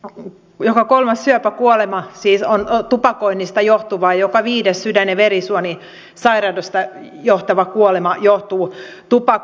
alku ja kolmas syöpäkuolema on tupakoinnista johtuva ja joka viides sydän ja verisuonisairaudesta johtuva kuolema johtuu tupakasta